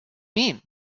mean